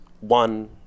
one